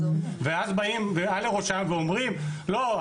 ואז באים מעל לראשם ואומרים לא,